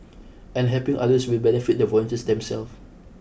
and helping others will benefit the volunteers themselves